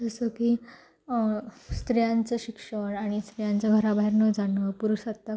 जसं की स्त्रियांचं शिक्षण आणि स्त्रियांचं घराबाहेर न जाणं पुरुषसत्ताक